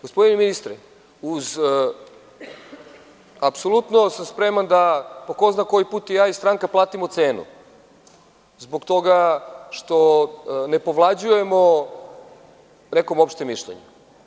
Gospodine ministre, apsolutno sam spreman da, po ko zna koji put, ja i stranka platimo cenu, zbog toga što ne povlađujemo nekom opštem mišljenju.